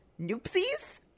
noopsies